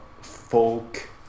folk